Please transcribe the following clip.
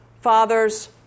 fathers